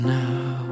now